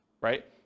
right